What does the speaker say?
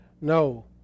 No